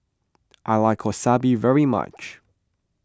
I like Wasabi very much